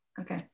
Okay